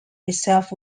itself